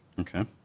Okay